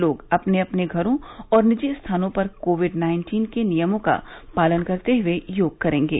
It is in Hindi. लोग अपने अपने घरों और निजी स्थानों पर कोविड नाइन्टीन के नियमों का पालन करते हुए योग करेंगे